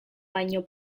baino